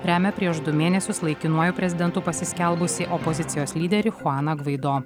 remia prieš du mėnesius laikinuoju prezidentu pasiskelbusį opozicijos lyderį chuaną gvaido